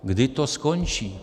Kdy to skončí?